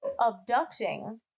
abducting